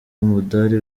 umudali